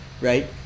right